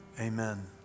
Amen